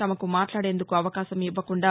తమకు మాట్లాదేందుకు అవకాశం ఇవ్వకుండా